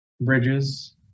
bridges